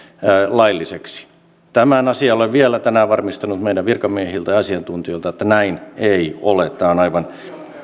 lailliseksi tämän asian olen vielä tänään varmistanut meidän virkamiehiltämme ja asiantuntijoilta että näin ei ole tämä on aivan